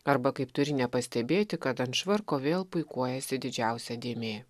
arba kaip turi nepastebėti kad ant švarko vėl puikuojasi didžiausia dėmė